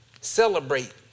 Celebrate